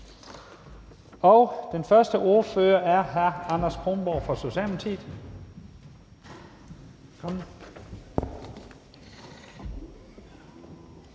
Den første ordfører er hr. Anders Kronborg fra Socialdemokratiet. Kl.